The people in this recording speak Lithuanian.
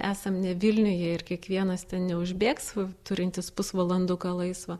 esam ne vilniuje ir kiekvienas ten neužbėgs turintis pusvalanduką laisvą